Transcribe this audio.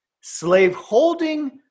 slaveholding